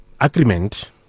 agreement